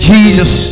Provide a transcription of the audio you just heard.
Jesus